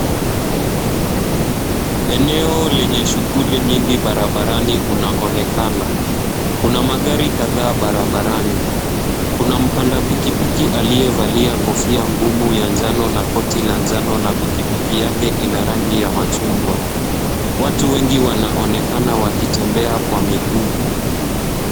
Eneo lenye shuguli nyingi barabarani unaonekana. Kuna magari kadhaa barabarani. Kuna mpanda pikipiki aliyevalia kofia ngumu ya njano na koti la njano na pikipiki yake ina rangi ya chungwa. Watu wengi wanaonekana wakitembea kwa miguu.